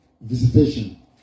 Visitation